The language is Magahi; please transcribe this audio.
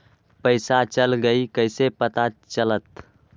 पैसा चल गयी कैसे पता चलत?